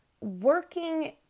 Working